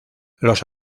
los